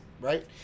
right